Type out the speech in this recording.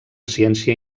ciència